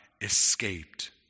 escaped